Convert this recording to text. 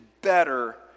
better